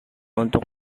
untuk